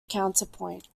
counterpoint